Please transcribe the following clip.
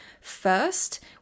first